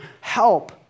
help